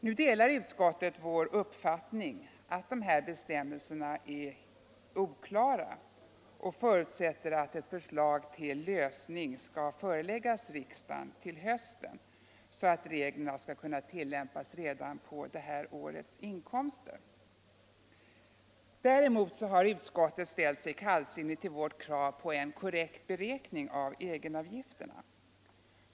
Nu delar utskottet vår uppfattning att dessa bestämmelser är oklara och förutsätter att förslag till lösning skall föreläggas riksdagen under hösten så att reglerna kan tillämpas redan för det här årets inkomster. Däremot har utskottet ställt sig kallsinnigt till vårt krav på en korrekt beräkning av egenavgifterna.